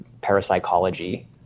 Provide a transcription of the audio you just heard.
parapsychology